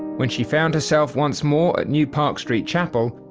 when she found herself once more at new park street chapel,